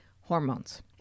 hormones